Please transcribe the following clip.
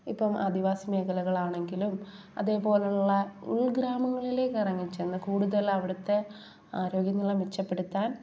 ഇപ്പം ആദിവാസി മേഖലകൾ ആണെങ്കിലും അതേപോലെയുള്ള ഉൾഗ്രാമങ്ങളിലേക്ക് ഇറങ്ങിച്ചെന്ന് കൂടുതൽ അവിടുത്തെ ആരോഗ്യനില മെച്ചപ്പെടുത്താൻ